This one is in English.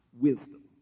wisdom